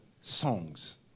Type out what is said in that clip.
songs